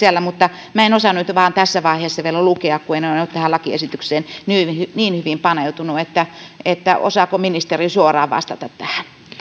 sisällä mutta en nyt vain osannut tässä vaiheessa vielä lukea kun en ole tähän lakiesitykseen niin niin hyvin paneutunut osaako ministeri suoraan vastata tähän